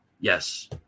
Yes